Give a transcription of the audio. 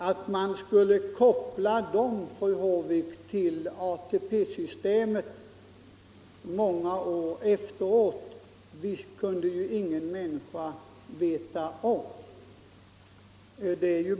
Att man skulle koppla dem, fru Håvik, till ATP-systemet många år efteråt kunde ingen människa veta om.